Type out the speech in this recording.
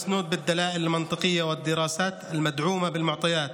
אשר נתמכת בהוכחות הגיוניות ובמחקרים הנתמכים בנתונים.